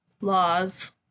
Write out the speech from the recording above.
laws